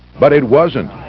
but it wasn't.